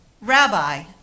Rabbi